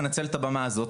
מנצל את הבמה הזאת,